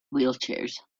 wheelchairs